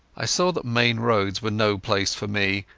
i saw that main roads were no place for me,